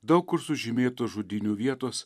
daug kur sužymėtos žudynių vietos